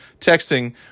texting